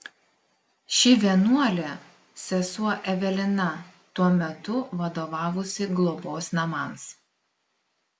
ši vienuolė sesuo evelina tuo metu vadovavusi globos namams